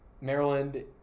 Maryland